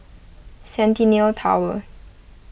Centennial Tower